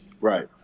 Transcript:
Right